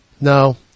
No